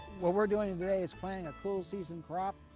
what we're doing today is planting a cool season crop.